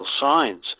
signs